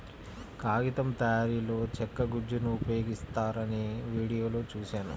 కాగితం తయారీలో చెక్క గుజ్జును ఉపయోగిస్తారని వీడియోలో చూశాను